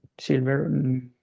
silver